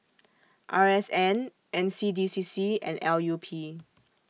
R S N N C D C C and L U P